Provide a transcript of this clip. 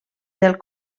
del